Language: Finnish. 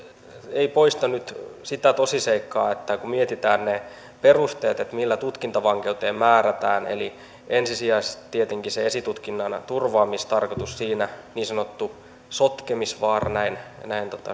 ei kyllä poista nyt sitä tosiseikkaa että kun mietitään niitä perusteita millä tutkintavankeuteen määrätään eli ensisijaisesti tietenkin se esitutkinnan turvaamistarkoitus niin sanottu sotkemisvaara näin näin